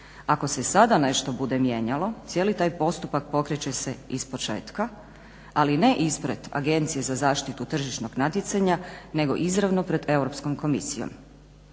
Ako se sada nešto bude mijenjalo cijeli taj postupak pokreće se iz početka, ali ne ispred za Agencije za zaštitu tržišnog natjecanja nego izravno pred EU komisijom.